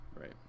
Right